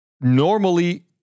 Normally